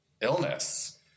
illness